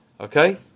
Okay